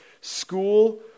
school